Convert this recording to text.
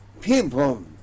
People